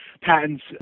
patents